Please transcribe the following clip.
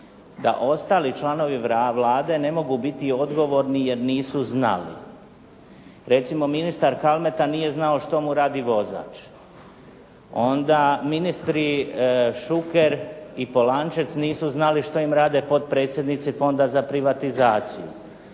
da ostali članovi Vlade ne mogu biti odgovorni jer nisu znali. Recimo ministar Kalmeta nije znao što mu radi vozač. Onda ministri Šuker i Polančec nisu znali što im rade potpredsjednici Fonda za privatizaciju.